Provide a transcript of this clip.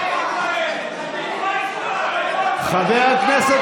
תתביישו לכם, סמי, סמי,